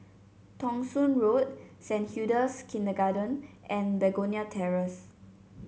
Thong Soon Road Saint Hilda's Kindergarten and Begonia Terrace